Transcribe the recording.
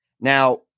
Now